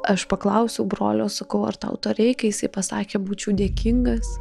aš paklausiau brolio sakau ar tau to reikia jisai pasakė būčiau dėkingas